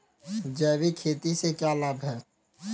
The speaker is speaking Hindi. जैविक खेती के क्या लाभ हैं?